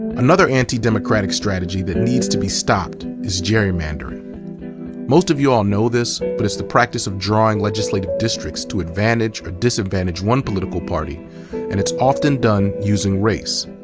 another anti-democratic strategy that needs to be stopped is gerrymandering most of you all know this, but it's the practice of drawing legislative districts to advantage or disadvantage one political party and it's often done using race.